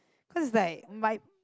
cause it's like my